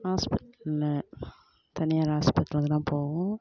ஹாஸ்பெட்டலில் தனியார் ஹாஸ்பெட்டலுக்கு தான் போவோம்